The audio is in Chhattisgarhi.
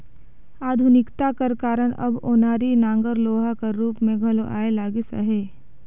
आधुनिकता कर कारन अब ओनारी नांगर लोहा कर रूप मे घलो आए लगिस अहे